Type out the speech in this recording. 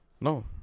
No